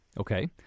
Okay